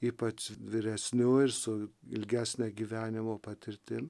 ypač vyresnių ir su ilgesne gyvenimo patirtim